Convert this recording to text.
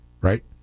right